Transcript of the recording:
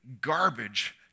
garbage